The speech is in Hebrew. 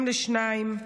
אם לשניים,